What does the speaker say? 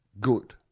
good